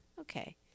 Okay